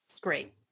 Great